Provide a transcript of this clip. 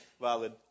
valid